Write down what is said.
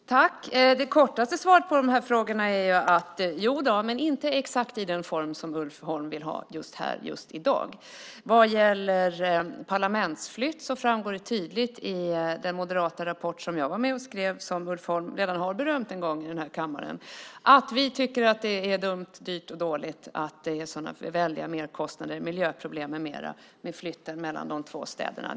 Fru talman! Det kortaste svaret på de här frågorna är: Jodå, men inte exakt i den form som Ulf Holm vill ha just här och just i dag. Vad gäller parlamentsflytt framgår det tydligt i den moderata rapport som jag var med och skrev, och som Ulf Holm redan har berömt en gång i den här kammaren, att vi tycker att det är dumt, dyrt och dåligt att flytten mellan de två städerna innebär så väldiga merkostnader, miljöproblem med mera.